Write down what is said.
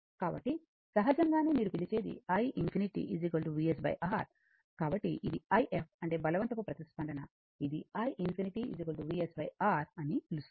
కాబట్టి సహజంగానే మీరు పిలిచేది i∞ VsR కాబట్టి ఇది if అంటే బలవంతపు ప్రతిస్పందన ఇది i∞ Vs R అని పిలుస్తారు